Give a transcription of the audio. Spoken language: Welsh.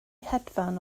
hedfan